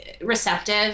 receptive